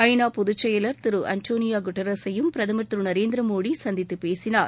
ஐ நா பொதுச்செயலர் திரு அன்டோளியா குட்ரஸையும் பிரதமர் திரு நரேந்திர மோடி சந்தித்துப் பேசினார்